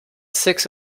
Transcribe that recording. six